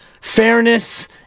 fairness